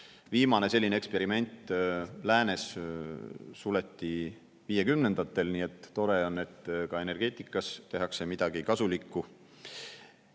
Viimane selline eksperiment läänes suleti viiekümnendatel. Nii et tore on, et ka energeetikas tehakse midagi kasulikku. MIT‑st